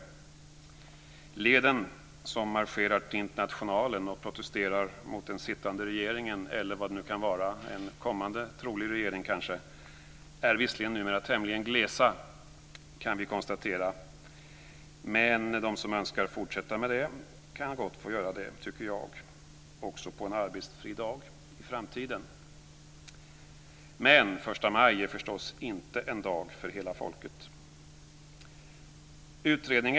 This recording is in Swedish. Vi kan visserligen konstatera att leden som marscherar till Internationalen och protesterar mot den sittande regeringen eller vad det nu kan vara - kanske mot en kommande trolig regering - numera är tämligen glesa, men de som önskar fortsätta med det tycker jag gott kan få göra det på en arbetsfridag också i framtiden. Men första maj är förstås inte en dag för hela folket.